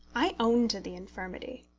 i own to the infirmity.